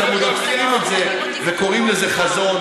ואתם עוד עוטפים את זה וקוראים לזה חזון.